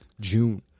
June